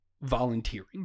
volunteering